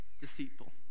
Deceitful